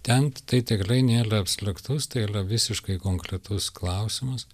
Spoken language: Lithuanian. ten tai tikrai nėra abstraktus tai yra visiškai konkretus klausimas